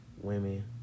women